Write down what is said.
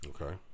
Okay